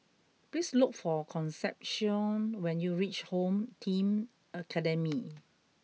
please look for Concepcion when you reach Home Team Academy